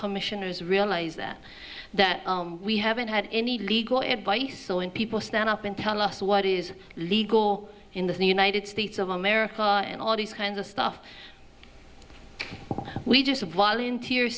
commissioners realize that that we haven't had any legal advice so in people stand up and tell us what is legal in the united states of america and all these kinds of stuff we just have volunteer